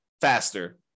faster